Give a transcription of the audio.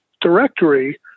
directory